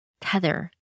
Tether